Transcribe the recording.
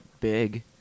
big